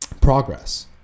progress